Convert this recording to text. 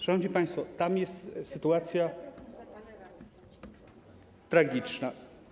Szanowni państwo, tam jest sytuacja tragiczna.